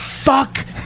Fuck